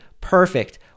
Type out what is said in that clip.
Perfect